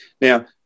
Now